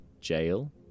jail